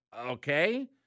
okay